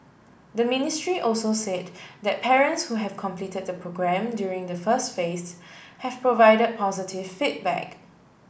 the ministry also said that parents who have completed the programme during the first phase have provided positive feedback